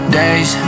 days